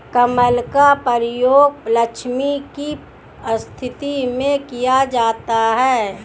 कमल का प्रयोग लक्ष्मी की स्तुति में किया जाता है